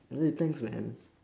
okay thanks man